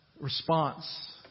response